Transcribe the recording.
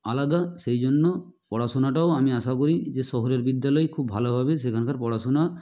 আলাদা সেই জন্য পড়াশোনাটাও আমি আশা করি যে শহরের বিদ্যালয় খুব ভালোভাবে সেখানকার পড়াশোনা